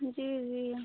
जी जी